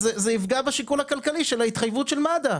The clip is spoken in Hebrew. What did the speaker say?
אז זה יפגע בשיקול הכלכלי של ההתחייבות של מד"א.